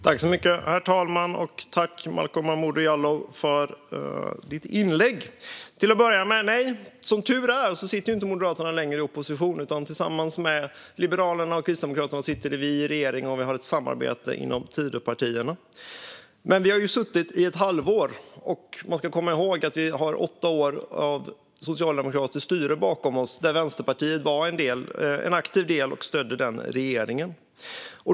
Herr talman! Tack, Malcolm Momodou Jallow, för ditt inlägg! Till att börja med sitter Moderaterna som tur är inte längre i opposition, utan tillsammans med Liberalerna och Kristdemokraterna sitter vi i regeringen och har ett samarbete inom Tidöpartierna. Vi har suttit i ett halvår, men man ska komma ihåg att vi har åtta år av socialdemokratiskt styre bakom oss, där Vänsterpartiet var en aktiv del och stödde regeringen.